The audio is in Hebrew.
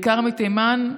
בעיקר מתימן,